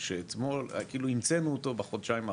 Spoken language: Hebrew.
שאתמול המצאנו אותו בחודשיים האחרונים,